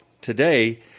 today